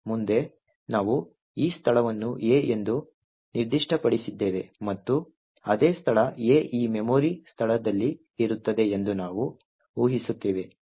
ಮುಂದೆ ನಾವು ಈ ಸ್ಥಳವನ್ನು A ಎಂದು ನಿರ್ದಿಷ್ಟಪಡಿಸಿದ್ದೇವೆ ಮತ್ತು ಅದೇ ಸ್ಥಳ A ಈ ಮೆಮೊರಿ ಸ್ಥಳದಲ್ಲಿ ಇರುತ್ತದೆ ಎಂದು ನಾವು ಊಹಿಸುತ್ತೇವೆ